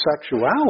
sexuality